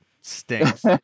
stinks